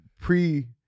pre